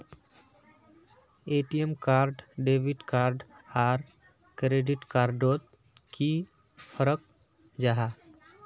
ATM card debit card आर credit card डोट की फरक जाहा?